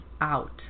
out